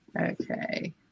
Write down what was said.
Okay